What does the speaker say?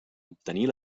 obtenir